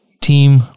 team